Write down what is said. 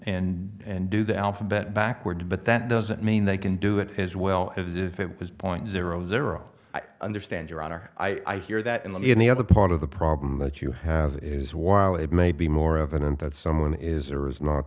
and and do the alphabet backward but that doesn't mean they can do it as well as if it was point zero zero i understand your honor i hear that in the in the other part of the problem that you have is while it may be more evident that someone is or is not